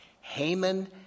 Haman